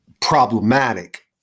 problematic